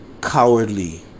Cowardly